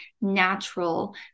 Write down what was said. natural